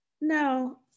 No